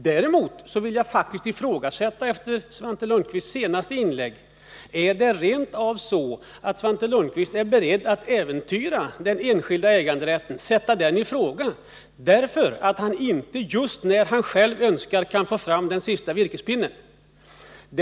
Efter Svante Lundkvists senaste inlägg vill jag faktiskt ställa frågan: Är det rent av så att Svante Lundkvist är beredd attifrågasätta den enskilda äganderätten därför att han inte just när han själv önskar det kan få fram den sista virkespinnen?